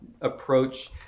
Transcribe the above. approach